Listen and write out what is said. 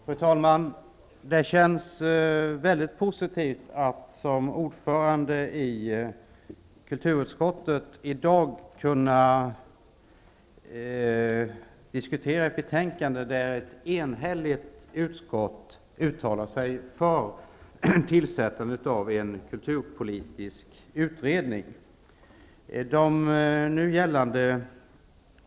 Fru talman! Det känns mycket positivt att som ordförande i kulturutskottet i dag kunna diskutera ett betänkande, där ett enhälligt utskott uttalar sig för tillsättande av en kulturpolitisk utredning.